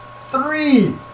three